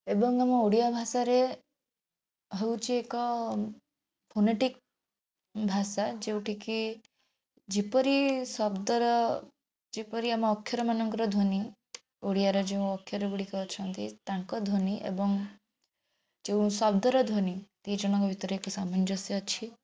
ଏବଂ ଆମ ଓଡ଼ିଆ ଭାଷାରେ ହେଉଛି ଏକ ହୁନେଟିକ ଭାଷା ଯେଉଁଟିକି ଯେପରି ଶବ୍ଦର ଯେପରି ଆମ ଅକ୍ଷରମାନଙ୍କର ଧ୍ୱନି ଓଡ଼ିଆର ଯେଉଁ ଅକ୍ଷର ଗୁଡ଼ିକ ଅଛନ୍ତି ତାଙ୍କ ଧ୍ୱନି ଏବଂ ଯେଉଁ ଶବ୍ଦର ଧ୍ୱନି ଦୁଇଜଣଙ୍କ ଭିତରେ ଏତେ ସାମଞ୍ଜସ୍ୟ ଅଛି